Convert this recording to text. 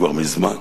כבר מזמן,